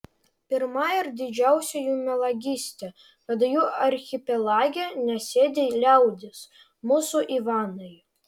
pirma ir didžiausia jų melagystė kad jų archipelage nesėdi liaudis mūsų ivanai